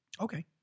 Okay